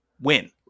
Win